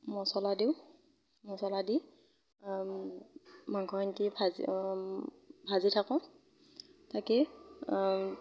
মছলা দিওঁ মছলা দি মাংসখিনি দি ভাজি ভাজি থাকোঁ থাকি